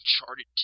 Uncharted